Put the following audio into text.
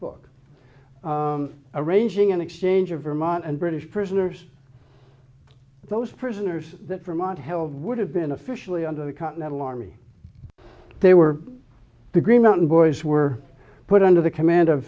book arranging an exchange of vermont and british prisoners those prisoners that for a month held would have been officially under the continental army they were the green mountain boys were put under the command of